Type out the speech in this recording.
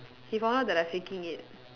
he found out that I faking it